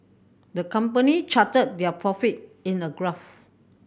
the company charted their profit in a graph